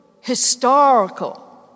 historical